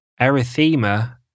erythema